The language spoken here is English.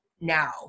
now